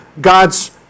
God's